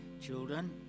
children